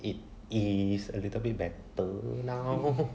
it is a little bit better now